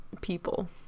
people